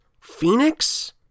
Phoenix